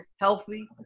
healthy